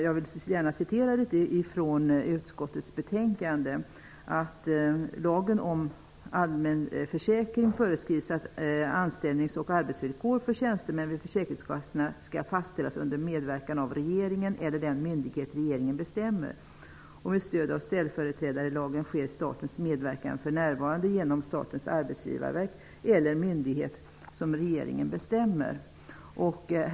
Jag vill gärna citera från utskottets betänkande: ''I lagen om allmän försäkring föreskrivs att anställnings och arbetsvillkor för tjänstemän vid försäkringskassorna skall fastställas under medverkan av regeringen eller den myndighet regeringen bestämmer. Med stöd av ställföreträdarlagen sker statens medverkan för närvarande genom Statens arbetsgivarverk eller myndighet som regeringen bestämmer.